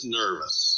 nervous